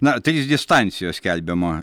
na trys distancijos skelbiama